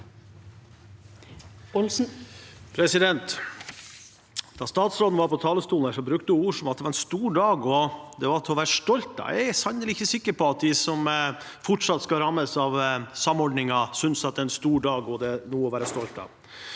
Da statsrå- den var på talerstolen, brukte hun ord som at det er en stor dag, og at det er til å være stolt av. Jeg er sannelig ikke sikker på at de som fortsatt skal rammes av samordningen, synes at det er en stor dag, og at det er noe å være stolt av.